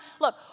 Look